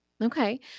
Okay